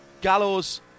Gallows